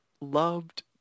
loved